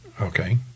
okay